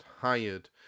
hired